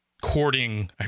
courting